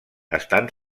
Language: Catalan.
estan